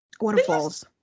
waterfalls